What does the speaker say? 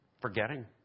forgetting